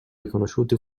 riconosciuti